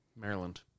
Maryland